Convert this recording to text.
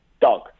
dog